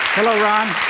hello, ron!